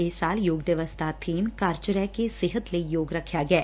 ਇਸ ਸਾਲ ਯੋਗ ਦਿਵਸ ਦਾ ਬੀਮ ਘਰ ਚ ਰਹਿਕੇ ਸਿੱਹਤ ਲਈ ਯੋਗ ਰੱਖਿਆ ਗਿਐ